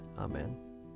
Amen